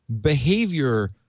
behavior